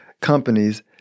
companies